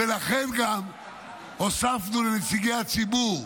ולכן גם הוספנו לנציגי הציבור,